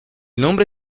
nombre